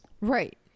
Right